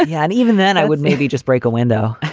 ah yeah and even then i would maybe just break a window.